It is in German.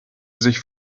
sich